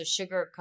sugarcoat